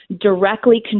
directly